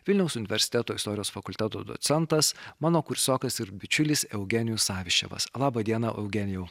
vilniaus universiteto istorijos fakulteto docentas mano kursiokas ir bičiulis eugenijus saviščevas laba diena eugenijau